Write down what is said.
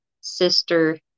sister